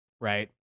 right